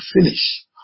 finish